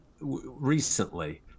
recently